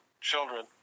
children